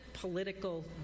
political